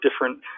different